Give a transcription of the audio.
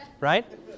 right